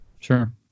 sure